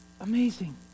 Amazing